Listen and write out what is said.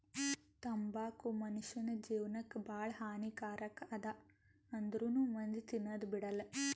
ತಂಬಾಕು ಮುನುಷ್ಯನ್ ಜೇವನಕ್ ಭಾಳ ಹಾನಿ ಕಾರಕ್ ಅದಾ ಆಂದ್ರುನೂ ಮಂದಿ ತಿನದ್ ಬಿಡಲ್ಲ